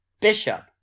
bishop